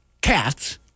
cats